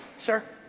sir?